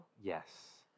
Yes